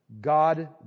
God